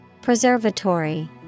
Preservatory